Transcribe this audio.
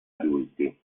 adulti